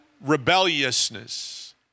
rebelliousness